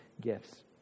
gifts